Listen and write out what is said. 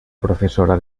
professora